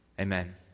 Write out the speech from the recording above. Amen